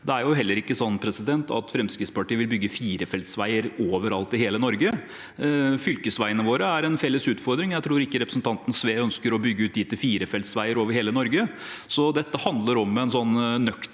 Det er heller ikke sånn at Fremskrittspartiet vil bygge firefeltsveier overalt i hele Norge. Fylkesveiene våre er en felles utfordring. Jeg tror ikke representanten Sve ønsker å bygge ut dem til firefeltsveier over hele Norge. Så dette handler om en nøktern